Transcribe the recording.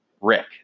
Rick